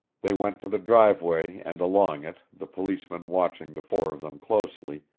they went to the driveway and along it, the policemen watching the four of them closely,